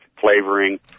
flavoring